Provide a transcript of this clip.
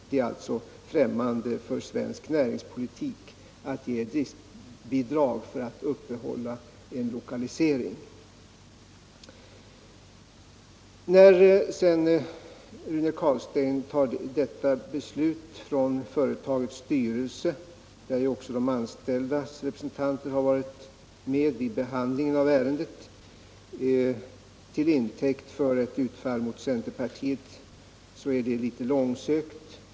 Det är alltså främmande för svensk näringspolitik att ge driftbidrag för att vidmakthålla en lokalisering. Att Rune Carlstein sedan tar företagsstyrelsens beslut i ärendet, i vars behandling de anställdas representanter har varit med, till intäkt för ett utfall mot centerpartiet är litet långsökt.